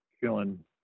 feeling